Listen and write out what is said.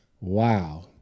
wow